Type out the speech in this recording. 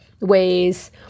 ways